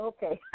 Okay